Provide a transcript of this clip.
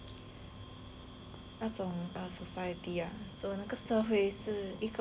那种 err society ah so 那个社会是一个问题